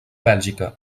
bèlgica